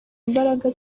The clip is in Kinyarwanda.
imbaraga